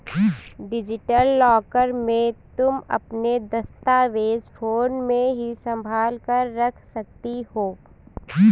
digital locker में तुम अपने दस्तावेज फोन में ही संभाल कर रख सकती हो